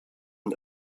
und